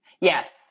Yes